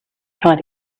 trying